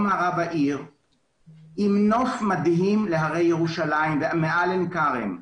מערב העיר עם נוף מדהים להרי ירושלים ומעל עין כרם.